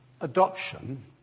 adoption